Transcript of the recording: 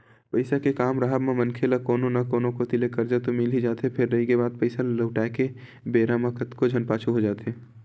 पइसा के काम राहब म मनखे ल कोनो न कोती ले करजा तो मिल ही जाथे फेर रहिगे बात पइसा ल लहुटाय के बेरा म कतको झन पाछू हो जाथे